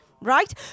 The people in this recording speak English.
right